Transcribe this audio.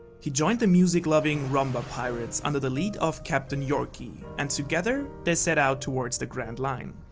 he joined the music loving rumbar pirates under the lead of captain yorki and together they set out towards the grand line.